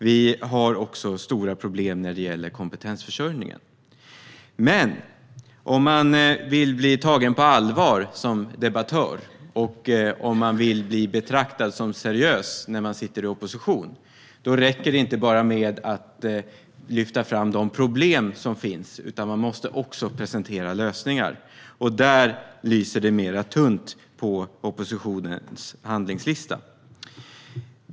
Vi har också stora problem när det gäller kompetensförsörjningen. Men om man vill bli tagen på allvar som debattör och om man vill bli betraktad som seriös när man sitter i opposition räcker det inte med att bara lyfta fram de problem som finns, utan man måste också presentera lösningar. Där är det mer tunt på oppositionens handlingslista.